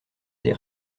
des